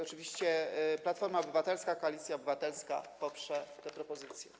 Oczywiście Platforma Obywatelska - Koalicja Obywatelska poprze tę propozycję.